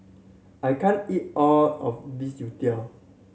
I can't eat all of this youtiao